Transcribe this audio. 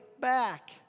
back